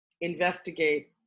investigate